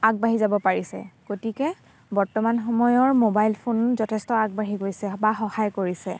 আগবাঢ়ি যাব পাৰিছে গতিকে বৰ্তমান সময়ৰ মোবাইল ফোন যথেষ্ট আগবাঢ়ি গৈছে বা সহায় কৰিছে